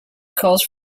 calls